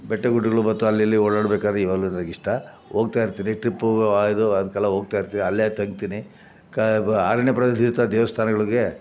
ಬೆಟ್ಟ ಗುಡ್ಡಗಳು ಮತ್ತು ಅಲ್ಲಿ ಇಲ್ಲಿ ಓಡಾಡಬೇಕಂದ್ರೆ ಇವಾಗಲೂ ನನಗಿಷ್ಟ ಹೋಗ್ತಾಯಿರ್ತೀನಿ ಟ್ರಿಪ್ಪು ಇದು ಅದಕ್ಕೆಲ್ಲ ಹೋಗ್ತಾಯಿರ್ತೀನಿ ಅಲ್ಲೇ ತಂಗ್ತೀನಿ ಕ ಅರಣ್ಯ ಪ್ರದೇಶದಲ್ಲಿದ್ದ ದೇವಸ್ಥಾನಗಳಿಗೆ